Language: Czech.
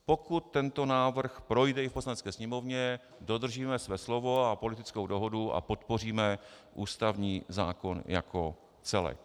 Pokud tento návrh projde i v Poslanecké sněmovně, dodržíme své slovo a politickou dohodu a podpoříme ústavní zákon jako celek.